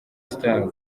star